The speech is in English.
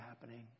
happening